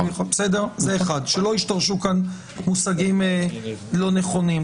שלא ישתרשו כאן מושגים לא נכונים.